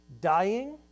dying